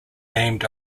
named